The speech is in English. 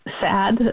sad